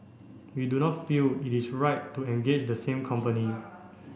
we do not feel it is right to engage the same company